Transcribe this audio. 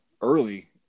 early